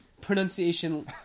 pronunciation